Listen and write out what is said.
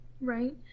right